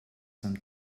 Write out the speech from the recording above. some